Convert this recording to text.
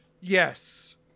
yes